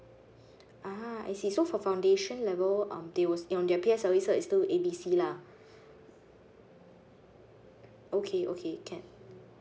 ah I see so for foundation level um they will on their P S L E cert is still A B C lah okay okay can